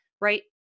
Right